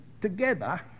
together